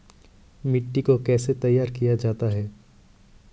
मिट्टी को कैसे तैयार किया जाता है?